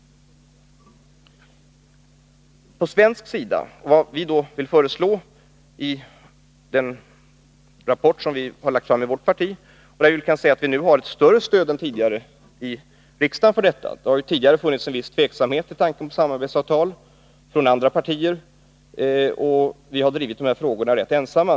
På svensk sida då? Vårt parti har lagt fram en rapport, och vi har fått större stöd i riksdagen. Det har ju tidigare funnits en viss tveksamhet när det gäller tanken på samarbetsavtal från andra partier, och vi har drivit dessa frågor rätt ensamma.